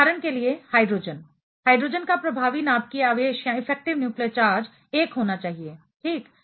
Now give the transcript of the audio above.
उदाहरण के लिए हाइड्रोजन हाइड्रोजेन का प्रभावी नाभिकीय आवेश इफेक्टिव न्यूक्लियर चार्ज 1 होना चाहिए ठीक